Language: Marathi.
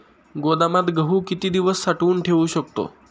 गोदामात गहू किती दिवस साठवून ठेवू शकतो?